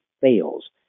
fails